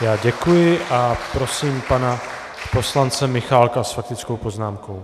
Já děkuji a prosím pana poslance Michálka s faktickou poznámkou.